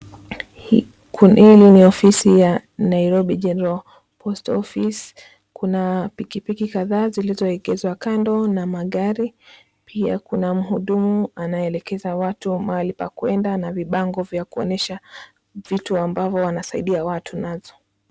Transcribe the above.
Hili ni ofisi ya Nairobi General Postal Office. Kuna pikipiki kadha zilizoegezwa kando na magari. Pia kuna mhudumu anyeelekeza watu mahali pakuenda na vibango vya kuonyesha vitu ambavyo wanasaidia watu nazo.